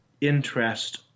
interest